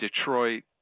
Detroit